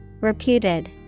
Reputed